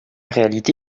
réalité